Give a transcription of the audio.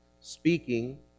speaking